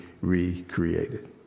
recreated